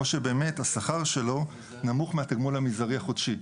או שהשכר שלו נמוך מהתגמול המזערי החודשי,